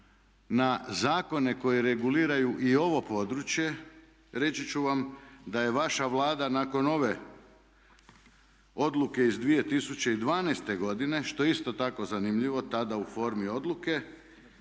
na zakone koji reguliraju i ovo područje reći ću vam da je vaša Vlada nakon ove odluke iz 2012.godine što je isto tako zanimljivo tada u formi odluke